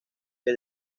que